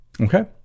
Okay